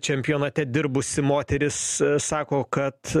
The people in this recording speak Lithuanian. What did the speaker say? čempionate dirbusi moteris sako kad